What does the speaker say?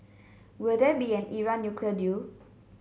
will there be an Iran nuclear deal